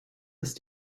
ist